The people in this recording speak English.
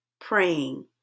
praying